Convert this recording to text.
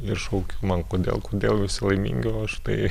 ir šaukiu man kodėl kodėl visi laimingi o aš tai